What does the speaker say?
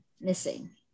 missing